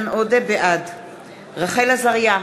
בעד רחל עזריה,